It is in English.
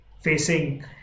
facing